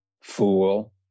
fool